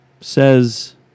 says